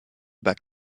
bat